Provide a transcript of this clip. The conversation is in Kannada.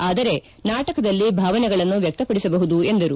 ಆದರೆ ನಾಟಕದಲ್ಲಿ ಭಾವನೆಗಳನ್ನು ವ್ಯಕ್ತಪಡಿಸಬಹುದು ಎಂದರು